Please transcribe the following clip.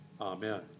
Amen